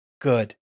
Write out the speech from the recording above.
Good